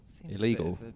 Illegal